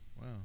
wow